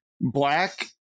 black